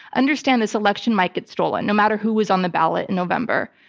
understand this election might get stolen no matter who's on the ballot in november.